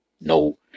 no